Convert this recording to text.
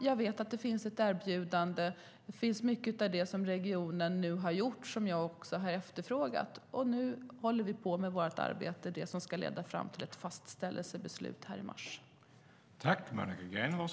Jag vet att det finns ett erbjudande. Mycket av det regionen gjort har jag efterfrågat, och nu håller vi på med det arbete som ska leda fram till ett fastställelsebeslut i mars.